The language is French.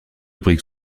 briques